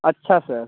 अच्छा सर